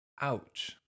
Ouch